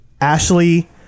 ashley